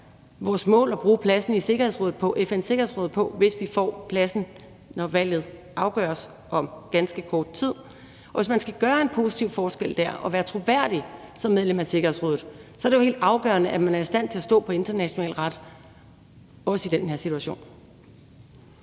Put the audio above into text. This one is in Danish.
vores mål at bruge pladsen i FN's Sikkerhedsråd på, hvis vi får pladsen, når valget afgøres om ganske kort tid. Hvis man skal gøre en positiv forskel der og være troværdig som medlem af Sikkerhedsrådet, er det jo helt afgørende, at man er i stand til at stå på international ret, også i den her situation.